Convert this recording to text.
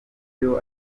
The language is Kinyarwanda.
byo